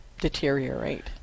deteriorate